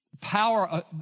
Power